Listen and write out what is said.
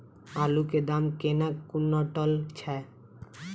आलु केँ दाम केना कुनटल छैय?